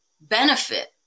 benefit